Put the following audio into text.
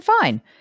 fine